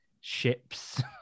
ships